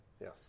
Yes